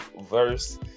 verse